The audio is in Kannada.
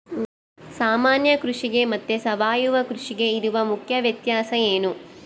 ಸಾಮಾನ್ಯ ಕೃಷಿಗೆ ಮತ್ತೆ ಸಾವಯವ ಕೃಷಿಗೆ ಇರುವ ಮುಖ್ಯ ವ್ಯತ್ಯಾಸ ಏನು?